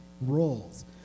roles